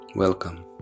Welcome